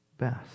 best